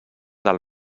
del